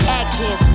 active